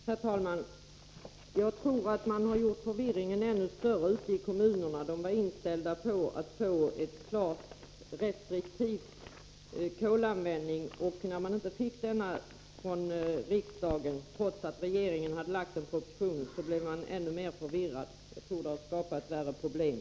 Herr talman! Jag tror att man har gjort förvirringen ännu större ute i kommunerna. De var inställda på att få ett klart restriktivt värde för kolanvändningen. När man inte fick detta från riksdagen, trots att regeringen hade lagt en proposition, blev man ännu mer förvirrad. Jag tror att det har skapat värre problem.